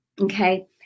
okay